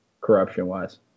corruption-wise